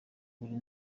buri